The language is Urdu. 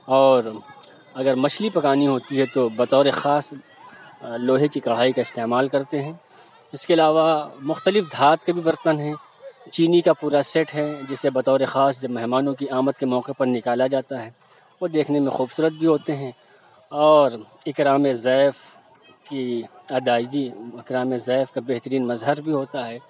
اور اگر مچھلی پکانی ہوتی ہے تو بطوِر خاص لوہے کی کڑھائی کا استعمال کرتے ہیں اِس کے علاوہ مختلف دھات کے بھی برتن ہیں چینی کا پورا سیٹ ہے جسے بطور خاص جب مہمانوں کی آمد کے موقعے پہ نکالا جاتا ہے اور دیکھنے میں خوبصورت بھی ہوتے ہیں اور اکرامِ ضیف کی ادائیگی اکرامِ ضیف کا بہترین مظہر بھی ہوتا ہے